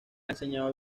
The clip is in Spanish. enseñado